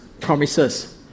promises